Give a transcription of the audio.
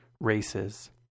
races